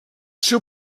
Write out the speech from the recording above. seu